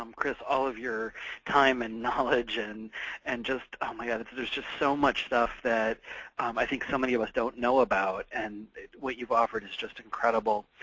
um chris, all of your time and knowledge and and just oh my god, there's just so much stuff that i think so many of us don't know about, and what you've offered is just incredible.